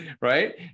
right